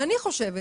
אני חושבת